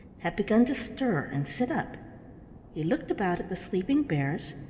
had began to stir and sit up he looked about at the sleeping bears,